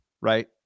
right